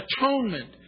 atonement